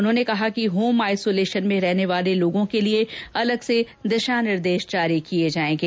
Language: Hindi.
उन्होंने कहा कि होम आइसोलेशन में रहने वाले लोगों के लिए अलग से दिशा निर्देश जारी किए जाएंगे